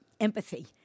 empathy